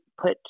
put